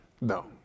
No